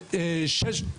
זה קסאו,